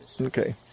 Okay